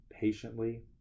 patiently